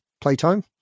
playtime